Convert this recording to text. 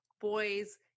boys